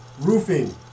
roofing